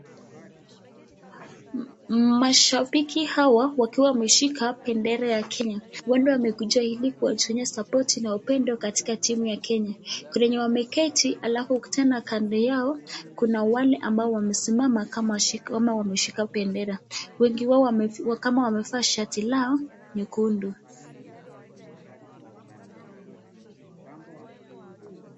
Mashabiki hawa wakiwa wameshika bendera ya Kenya, watu wamekuja hili kuonyesha sapoti na upendo katika timu ya kenya, kuna wenye wameketi alafu tena kando yao kuna wale ambao wamesimama kama wameshika bendera kama wamevaa shati lao nyekundu.